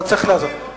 לא צריך לעזור.